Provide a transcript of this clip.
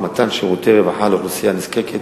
מתן שירותי רווחה לאוכלוסייה הנזקקת,